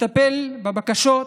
לטפל בבקשות,